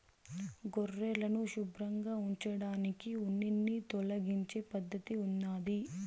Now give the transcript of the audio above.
గొర్రెలను శుభ్రంగా ఉంచడానికి ఉన్నిని తొలగించే పద్ధతి ఉన్నాది